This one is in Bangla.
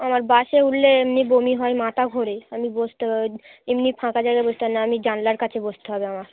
আমার বাসে উঠলে এমনি বমি হয় মাথা ঘোরে আমি বসতে পারবো এমনি ফাঁকা জায়গা বসতে পারলে আমি জানলার কাছে বসতে হবে আমার